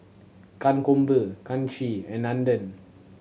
Kankombu Kanshi and Nandan